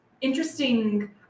interesting